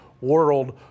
world